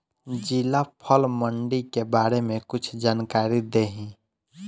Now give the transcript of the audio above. जिला फल मंडी के बारे में कुछ जानकारी देहीं?